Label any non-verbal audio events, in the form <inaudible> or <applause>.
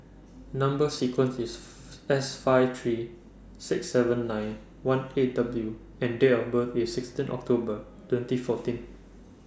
Number sequence IS <noise> S five three six seven nine one eight W and Date of birth IS sixteen October twenty fourteen